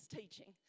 teaching